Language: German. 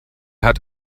hat